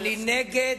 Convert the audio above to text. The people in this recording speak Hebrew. אני נגד,